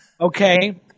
Okay